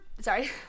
sorry